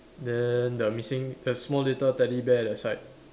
then the missing the small little teddy bear that side